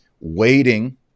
waiting